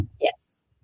Yes